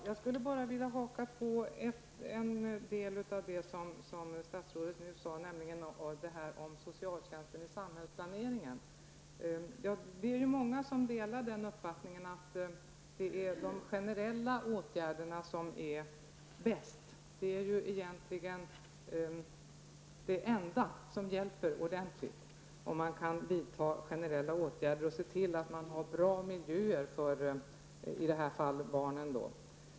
Herr talman! Jag vill anknyta till en del av det statsrådet nu sade om socialtjänsten i samhällsplaneringen. Det är många som delar uppfattningen att de generella åtgärderna är bäst. Det enda som egentligen hjälper ordentligt är generella åtgärder och att se till att ha bra miljöer för barnen.